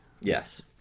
Yes